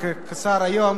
וכשר היום